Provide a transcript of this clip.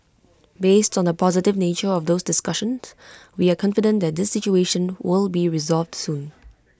based on the positive nature of those discussions we are confident that this situation will be resolved soon